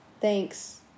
thanks